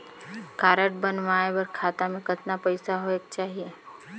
Card बनवाय बर खाता मे कतना पईसा होएक चाही?